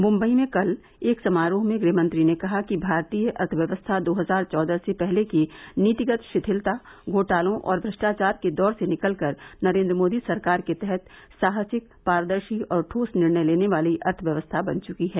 मुम्बई में कल एक समारोह में गृहमंत्री ने कहा कि भारतीय अर्थव्यवस्था दो हजार चौदह से पहले की नीतिगत शिथिलता घोटालों और भ्रष्टाचार के दौर से निकलकर नरेन्द्र मोदी सरकार के तहत साहसिक पारदर्शी और ठोस निर्णय लेने वाली अर्थव्यवस्था बन चुकी है